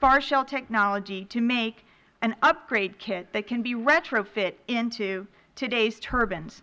spar shell technology to make an upgrade kit that can be retrofit into today's turbines